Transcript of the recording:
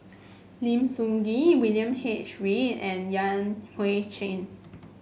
Lim Sun Gee William H Read and Yan Hui Chang